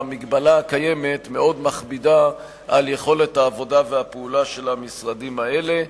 ההגבלה הקיימת מאוד מכבידה על יכולת העבודה והפעולה של המשרדים האלה.